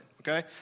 okay